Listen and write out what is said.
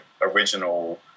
original